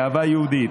גאווה יהודית,